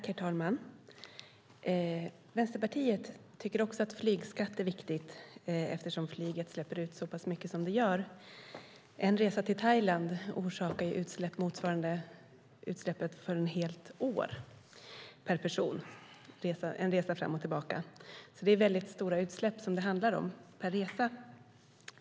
Herr talman! Vänsterpartiet tycker att flygskatt är viktigt eftersom flyget släpper ut så pass mycket som det gör. En resa fram och tillbaka till Thailand orsakar utsläpp motsvarande utsläppet per person för ett helt år. Det är stora utsläpp det handlar om per resa.